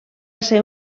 ser